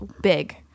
big